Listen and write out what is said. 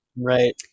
Right